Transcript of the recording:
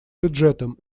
бюджетом